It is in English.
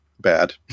bad